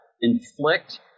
inflict